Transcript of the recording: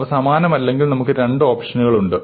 അവ സമാനമല്ലെങ്കിൽ നമുക്ക് രണ്ട് ഓപ്ഷനുകൾ ഉണ്ട്